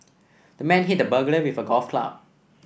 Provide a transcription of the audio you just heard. the man hit the burglar with a golf club